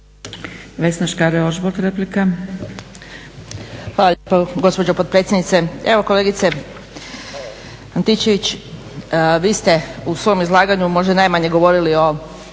**Škare Ožbolt, Vesna (DC)** Hvala lijepo gospođo potpredsjednice. Evo kolegice Antičević, vi ste u svom izlaganju možda i najmanje govorili o